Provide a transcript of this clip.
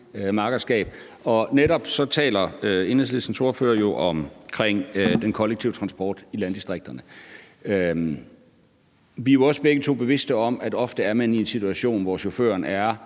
makkerskab. Enhedslistens ordfører taler jo netop om den kollektive transport i landdistrikterne. Vi er også begge to bevidste om, at ofte er man i en situation, hvor chaufføren er